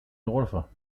الغرفة